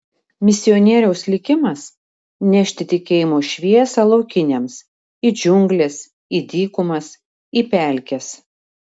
misionieriaus likimas nešti tikėjimo šviesą laukiniams į džiungles į dykumas į pelkes